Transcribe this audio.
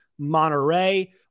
Monterey